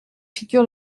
figure